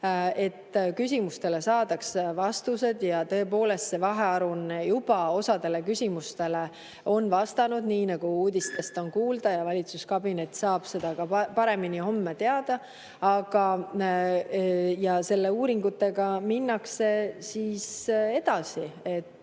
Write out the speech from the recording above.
et küsimustele saadaks vastused. Ja tõepoolest, see vahearuanne juba osadele küsimustele on vastanud, nii nagu uudistest on kuulda, ja valitsuskabinet saab seda paremini teada homme. Ja uuringutega minnakse edasi, et